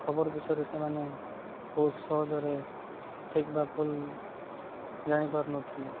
ଖବର ବିଷୟରେ ସେମାନେ ବହୁତ ସହଜରେ ଠିକ୍ ବା ଭୁଲ ଜାଣିପାରୁନଥିଲେ